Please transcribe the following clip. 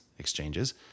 Exchanges